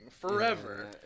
forever